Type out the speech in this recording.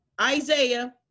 Isaiah